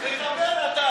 צא החוצה.